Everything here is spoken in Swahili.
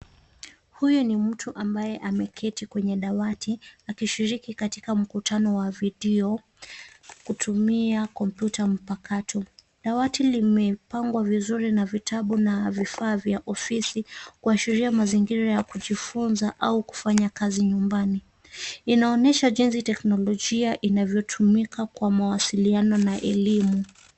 Huyu ni mtu ambaye ameketi kwenye dawati akishiriki katika mkutano wa video kutumia kompyuta mpakato. Dawati limepangwa vizuri na vitabu na vifaa vya ofisi, kuashiria mazingira ya kujifunza au kufanya kazi nyumbani. Inaonyesha jinsi teknolojia inavyotumika kwa mawasiliano na elimu.